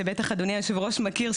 שבטח אדוני היו"ר מכיר,